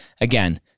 Again